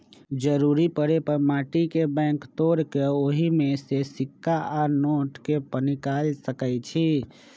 जरूरी परे पर माटी के बैंक के तोड़ कऽ ओहि में से सिक्का आ नोट के पनिकाल सकै छी